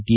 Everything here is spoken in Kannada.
ಟಿ